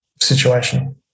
situation